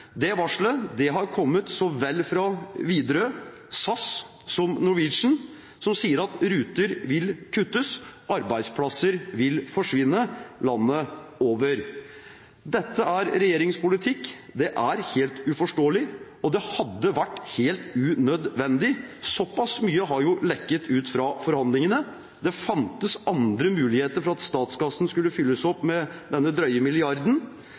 Varslet har kommet fra Widerøe, SAS og Norwegian. De sier at ruter vil kuttes og arbeidsplasser vil forsvinne landet over. Dette er regjeringens politikk. Det er helt uforståelig. Og det hadde vært helt unødvendig – såpass mye har lekket ut fra forhandlingene. Det fantes andre muligheter for at statskassen skulle fylles opp med denne drøye milliarden.